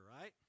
right